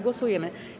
Głosujemy.